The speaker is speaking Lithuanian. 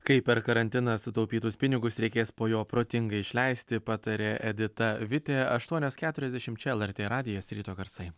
kaip per karantiną sutaupytus pinigus reikės po jo protingai išleisti pataria edita vitė aštuonios keturiasdešimt čia lrt radijas ryto garsai